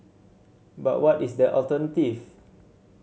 but what is the alternative